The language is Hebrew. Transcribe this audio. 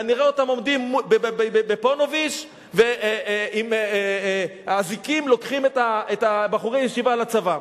נראה אותם עומדים ב"פוניבז'" ועם אזיקים לוקחים את בחורי הישיבה לצבא.